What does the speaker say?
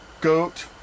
goat